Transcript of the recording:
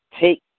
take